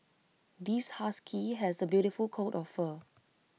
this husky has A beautiful coat of fur